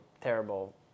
terrible